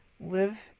live